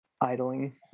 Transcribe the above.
idling